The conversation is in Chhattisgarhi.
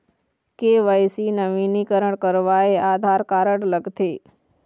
के.वाई.सी नवीनीकरण करवाये आधार कारड लगथे?